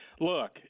Look